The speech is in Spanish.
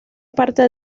parte